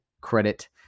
credit